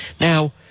Now